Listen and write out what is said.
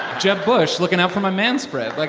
jeb bush looking out for my manspread. like,